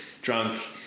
drunk